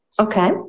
Okay